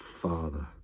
Father